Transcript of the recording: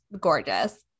gorgeous